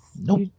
Nope